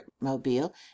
mobile